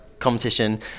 competition